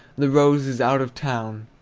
the rose is out of town.